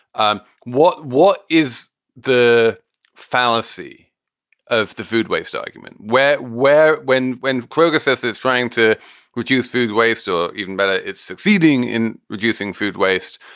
um what what is the fallacy of the food waste argument? where, where, when, when kroger says it's trying to reduce food waste or even better, it's succeeding in reducing food waste.